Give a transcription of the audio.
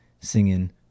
Singing